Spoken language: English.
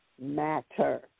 matter